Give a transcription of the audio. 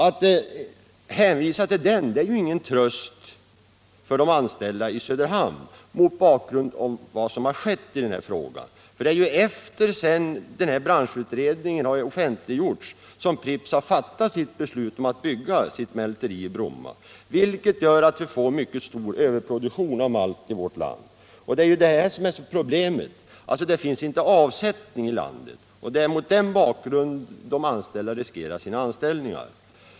Det är ju ingen tröst för de anställda i Söderhamn mot bakgrund av vad som har skett i denna fråga. Det är sedan denna branschutredning tillsatts som Pripps har fattat sitt beslut att bygga mälteriet i Bromma, vilket medför en överproduktion av malt i vårt land. Det är detta som är problemet: Det finns inte avsättning i landet för all malt, och de anställda riskerar sina anställningar.